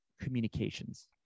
communications